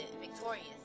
victorious